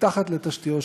מתחת לתשתיות חשמל.